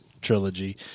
trilogy